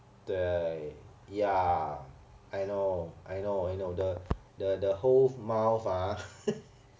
对 ya I know I know I know the the the whole mouth ah